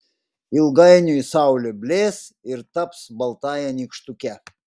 ilgainiui saulė blės ir taps baltąja nykštuke